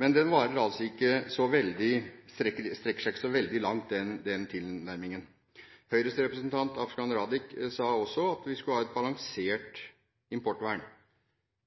Men den strekker seg ikke så veldig langt den forståelsen. Høyres representant, Afshan Rafiq, sa også at vi skulle ha et balansert importvern.